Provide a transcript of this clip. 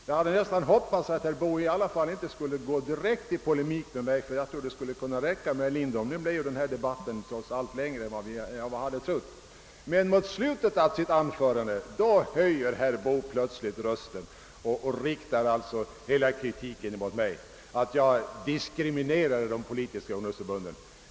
Jag hade hoppats att herr Boo ändå inte skulle gå i direkt polemik med mig; jag trodde det kunde räcka med herr Lindholm. Nu blev ju debatten i alla fall längre än vi hade trott. Mot slutet av sitt anförande höjer herr Boo plötsligt rösten och riktar den kritiken mot mig att jag diskriminerar de politiska ungdomsförbunden.